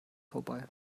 vorbei